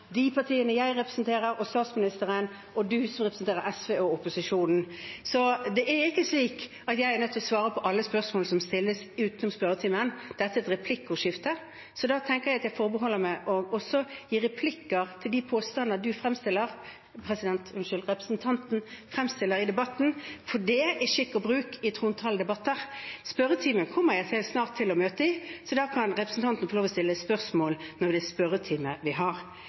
de partiene jeg som statsminister representerer, og representanten som representerer SV og opposisjonen. Det er ikke slik at jeg er nødt til å svare på alle spørsmål som stilles utenom spørretimen. Dette er et replikkordskifte, så da tenker jeg at jeg forholder meg, også i replikker, til de påstander som representanten fremstiller i debatten, for det er skikk og bruk i trontaledebatter. Spørretimen kommer jeg snart til å møte i, så da kan representanten få lov til å stille spørsmål, når det er spørretime vi har.